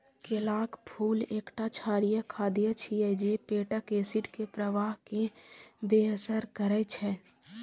केलाक फूल एकटा क्षारीय खाद्य छियै जे पेटक एसिड के प्रवाह कें बेअसर करै छै